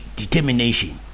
determination